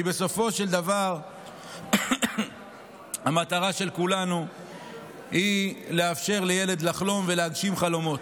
כי בסופו של דבר המטרה של כולנו היא לאפשר לילד לחלום ולהגשים חלומות.